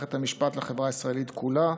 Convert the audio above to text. מערכת המשפט לחברה הישראלית כולה.